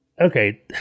Okay